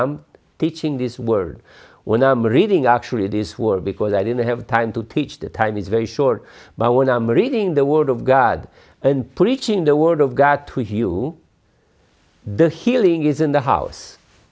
am teaching this word when i'm reading actually this word because i don't have time to teach the time is very short but when i'm reading the word of god and preaching the word of god to you the healing is in the house